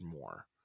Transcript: more